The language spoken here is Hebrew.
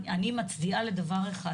אני מצדיעה לדבר אחד,